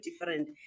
different